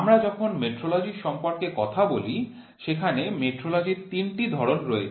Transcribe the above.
আমরা যখন মেট্রোলজির সম্পর্কে কথা বলি সেখানে মেট্রোলজির তিনটি ধরণ রয়েছে